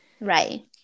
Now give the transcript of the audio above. Right